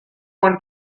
one